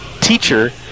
teacher